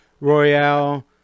Royale